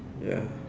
ya